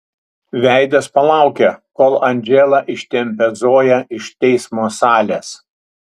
veidas palaukia kol andžela ištempia zoją iš teismo salės